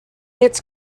its